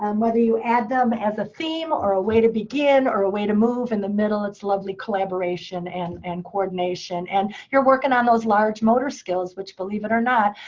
um whether you add them as a theme or a way to begin, or a way to move in the middle. it's lovely collaboration and and coordination, and you're working on those large motor skills, which believe it or not,